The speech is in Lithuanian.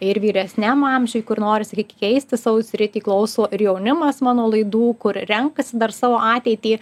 ir vyresniam amžiuj kur nori sakyk keisti savo sritį klauso ir jaunimas mano laidų kur renkasi dar savo ateitį